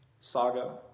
saga